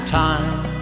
time